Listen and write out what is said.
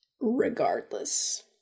Regardless